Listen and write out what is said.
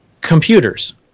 computers